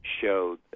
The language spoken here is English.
showed